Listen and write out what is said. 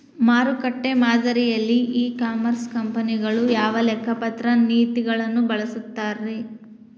ಮಾರುಕಟ್ಟೆ ಮಾದರಿಯಲ್ಲಿ e commerce ಕಂಪನಿಗಳು ಯಾವ ಲೆಕ್ಕಪತ್ರ ನೇತಿಗಳನ್ನ ಬಳಸುತ್ತಾರಿ?